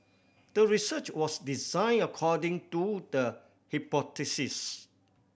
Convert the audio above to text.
the research was designed according to the hypothesis